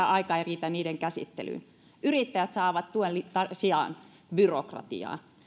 aika ei riitä niiden käsittelyyn ja yrittäjät saavat tuen sijaan byrokratiaa